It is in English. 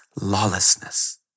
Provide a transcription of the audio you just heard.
lawlessness